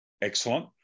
Excellent